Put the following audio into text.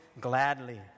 gladly